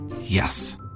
Yes